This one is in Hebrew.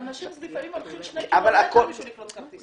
אבל אנשים לפעמים הולכים שני קילומטרים בשביל לקנות כרטיס.